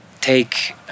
take